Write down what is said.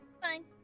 Fine